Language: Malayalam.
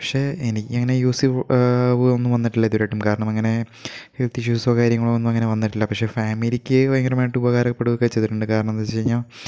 പക്ഷേ എനിക്ക് അങ്ങനെ യൂസ് ആവുക വന്നിട്ടില്ല ഇതുവരെയായിട്ടും കാരണം അങ്ങനെ ഹെൽത്ത് ഇഷ്യൂസോ കാര്യങ്ങളോ ഒന്നും അങ്ങനെ വന്നിട്ടില്ല പക്ഷേ ഫാമിലിയ്ക്ക് ഭയങ്കരമായിട്ട് ഉപകാരപ്പെടുകായൊക്കെ ചെയ്തിട്ടുണ്ട് കാരണം എന്താ വെച്ചു കഴിഞ്ഞാൽ